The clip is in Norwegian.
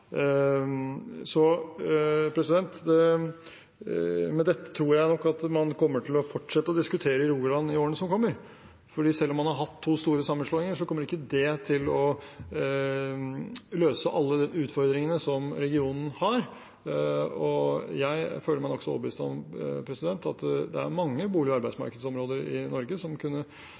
dette tror jeg nok at man kommer til å fortsette å diskutere i Rogaland i årene som kommer, for selv om man har hatt to store sammenslåinger, kommer ikke det til å løse alle utfordringene som regionen har. Jeg føler meg nokså overbevist om at det er mange bolig- og arbeidsmarkedsområder i Norge som med fordel kunne